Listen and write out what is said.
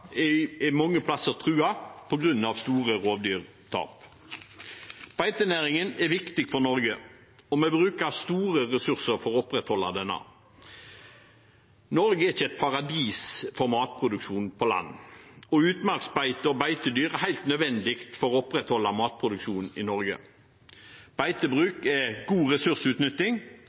er mange plasser truet på grunn av store rovdyrtap. Beitenæringen er viktig for Norge, og vi bruker store ressurser for å opprettholde den. Norge er ikke et paradis for matproduksjon på land. Utmarksbeite og beitedyr er helt nødvendig for å opprettholde matproduksjonen i Norge. Beitebruk er god ressursutnytting.